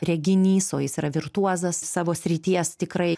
reginys o jis yra virtuozas savo srities tikrai